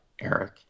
Eric